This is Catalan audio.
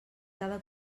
cada